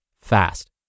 fast